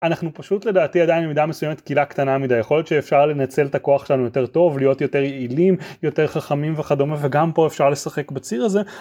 אנחנו פשוט לדעתי עדיין במידה מסוימת קהילה קטנה מדי. יכול להיות שאפשר לנצל את הכוח שלנו יותר טוב, להיות יותר יעילים, יותר חכמים וכדומה, וגם פה אפשר לשחק בציר הזה.